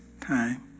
time